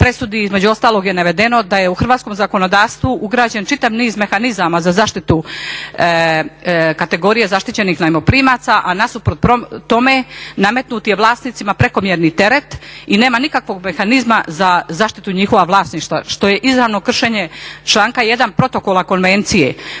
presudi, između ostalog, je navedeno da je u hrvatskom zakonodavstvu ugrađen čitav niz mehanizama za zaštitu kategorije zaštićenih najmoprimaca, a nasuprot tome nametnut je vlasnicima prekomjerni teret i nema nikakvog mehanizma za zaštitu njihova vlasništva što je izravno kršenje članka 1. Protokola konvencije.